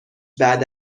بعد